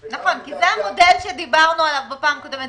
נכון, כי זה המודל שדיברנו עליו בפעם הקודמת.